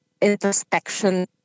introspection